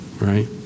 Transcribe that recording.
right